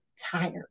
tired